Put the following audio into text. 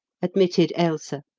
admitted ailsa.